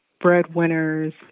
breadwinners